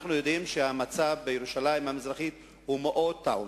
אנחנו יודעים שהמצב בירושלים המזרחית מאוד טעון,